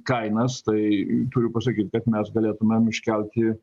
kainas tai turiu pasakyt kad mes galėtumėm iškelti